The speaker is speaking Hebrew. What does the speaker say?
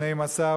שנים עשר,